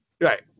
Right